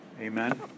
Amen